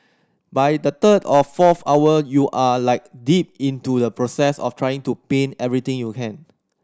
by the third of fourth hour you are like deep into the process of trying to paint everything you can